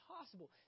impossible